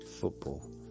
football